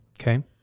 Okay